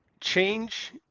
change